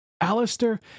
Alistair